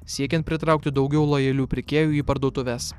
siekiant pritraukti daugiau lojalių pirkėjų į parduotuves